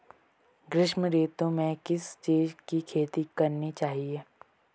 ग्रीष्म ऋतु में किस चीज़ की खेती करनी चाहिये?